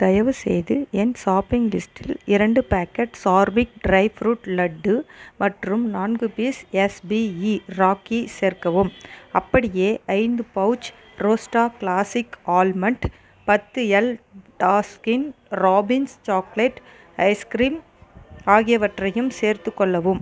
தயவுசெய்து என் ஷாப்பிங் லிஸ்டில் இரண்டு பேக்கெட் சார்விக் ட்ரை ஃப்ரூட் லட்டு மற்றும் நான்கு பீஸ் எஸ்பிஇ ராக்கி சேர்க்கவும் அப்படியே ஐந்து பவுச் ரோஸ்டா கிளாசிக் ஆல்மண்ட் பத்து எல் டாஸ்கின் ராபின்ஸ் சாக்லேட் ஐஸ்கிரீம் ஆகியவற்றையும் சேர்த்துக்கொள்ளவும்